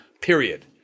period